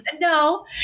No